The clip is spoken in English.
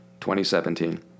2017